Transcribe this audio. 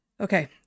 okay